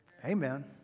Amen